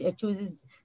chooses